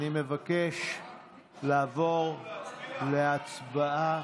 אני מבקש לעבור להצבעה.